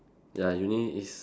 ya uni is